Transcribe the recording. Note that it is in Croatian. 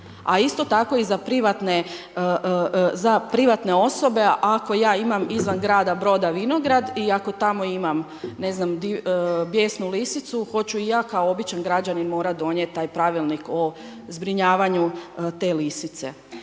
A isto tako i za privatne osobe, ako ja imam izvan grada Broda vinograd i ako tamo imamo, ne znam di bijesnu lisicu, hoću ja kako običan građanin morat donijet taj pravilnik o zbrinjavanju te lisice,